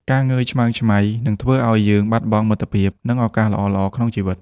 ការងើយឆ្មើងឆ្មៃ នឹងធ្វើឱ្យយើងបាត់បង់មិត្តភក្តិ និងឱកាសល្អៗក្នុងជីវិត។